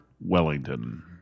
Wellington